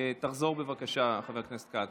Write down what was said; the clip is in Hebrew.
תחזור בבקשה, חבר הכנסת כץ.